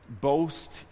boast